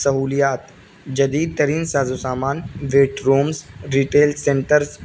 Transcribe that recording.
سہولیات جدید ترین ساز و سامان ویٹ رومس ریٹیل سینٹرس